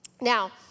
Now